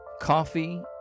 Coffee